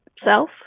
self